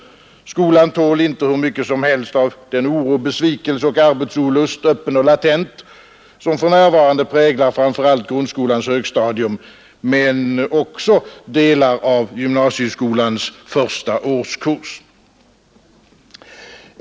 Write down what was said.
Skolan tål inte hur mycket som helst av den oro, besvikelse och arbetsolust — öppen och latent — som för närvarande präglar framför allt grundskolans högstadium men också delar av gymnasieskolans första årskurs.